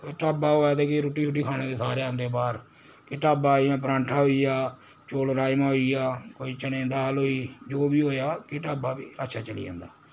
ढाबा होऐ ते कि रुट्टी शुट्टी खाने ते सब औंदे बाह्र के ढाबा जां परांठा होइया चौल राजमा होइया कोई चने दी दाल होई जो बी होआ कि ढाबा बी अच्छा चली जंदा